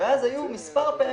ואחר כך זה השתנה מספר פעמים.